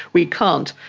we can't,